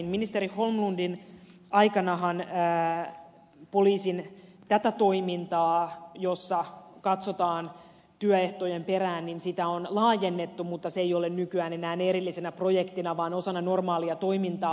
ministeri holmlundin aikanahan poliisin tätä toimintaa jossa katsotaan työehtojen perään on laajennettu mutta se ei ole nykyään enää erillisenä projektina vaan osana normaalia toimintaa